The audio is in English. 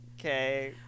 Okay